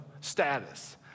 status